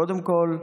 קודם כול,